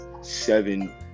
seven